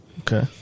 Okay